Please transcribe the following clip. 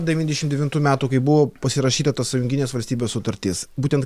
devyniasdešim devintų metų kai buvo pasirašyta tos sąjunginės valstybės sutartis būtent